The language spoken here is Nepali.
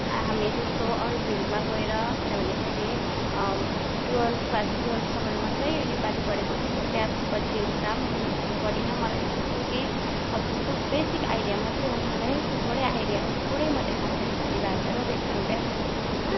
हामी जस्तो अरू फिल्डमा गएर किनभने मैले टुवेल्भ क्लास टुवेल्भसम्म मात्रै यो नेपाली पढेको त्यही भएर त्यहाँ पछि उता मैले नेपाली पढिनँ मलाई त्यस्तो केही अब त्यस्तो बेसिक आइडिया मात्रै हो मलाई थोरै आइडिया थोरै मात्रै थाहा छ नेपाली भाषा र व्याकरण व्याकरणको बारेमा